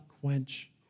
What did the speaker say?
quench